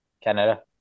Canada